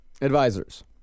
Advisors